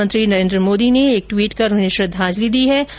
प्रधानमंत्री नरेन्द्र मोदी ने एक ट्वीट कर उन्हें श्रद्वाजलि दी है